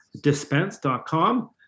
dispense.com